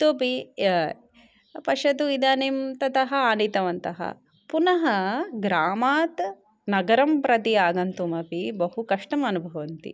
इतोऽपि पश्यतु इदानीं ततः आनीतवन्तः पुनः ग्रामात् नगरं प्रति आगन्तुम् अपि बहु कष्टम् अनुभवन्ति